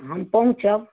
हम पहुँचब